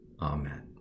Amen